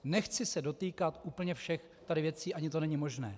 Nechci se dotýkat úplně všech věcí, ani to není možné.